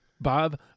Bob